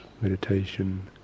meditation